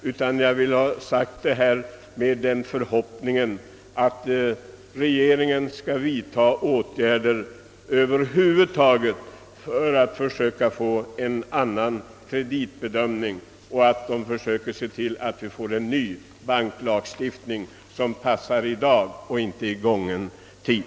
Jag har velat säga detta i förhoppningen att regeringen skall vidta åtgärder för att över huvud taget försöka åstadkomma en annan kreditbedömning och för att se till att vi får en ny banklagstiftning som passar i dag och inte i gången tid.